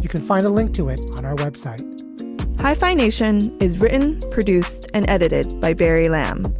you can find a link to it on our web site, hyphenation is written, produced and edited by barry lamb,